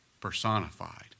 personified